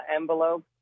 envelope